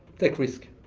take risk.